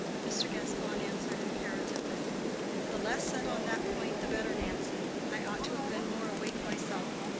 mr. gascoigne answered imperatively the less said on that point the better, nancy. i ought to have been more awake myself.